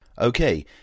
Okay